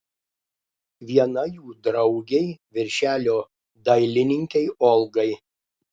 viena jų draugei viršelio dailininkei olgai